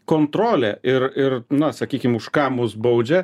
kontrolė ir ir na sakykim už ką mus baudžia